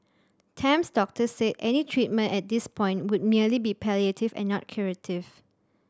Tam's doctor said any treatment at this point would merely be palliative and not curative